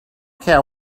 care